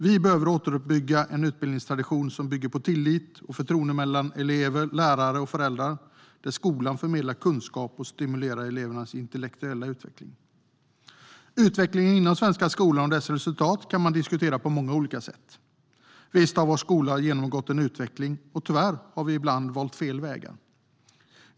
Vi behöver återuppbygga en utbildningstradition som bygger på tillit och förtroende mellan elever, lärare och föräldrar där skolan förmedlar kunskap och stimulerar elevernas intellektuella utveckling. Utvecklingen inom svenska skolan och dess resultat kan man diskutera på många olika sätt. Visst har vår skola genomgått en utveckling, och tyvärr har vi ibland valt fel vägar.